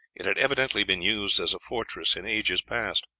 it had evidently been used as a fortress in ages past.